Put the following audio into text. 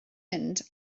mynd